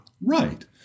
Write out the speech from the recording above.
Right